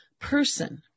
person